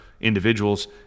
individuals